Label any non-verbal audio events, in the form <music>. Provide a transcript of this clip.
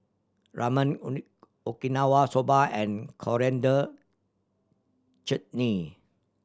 Ramen <unintelligible> Okinawa Soba and Coriander Chutney